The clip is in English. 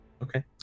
Okay